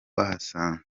bahasanze